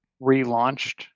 relaunched